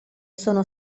sono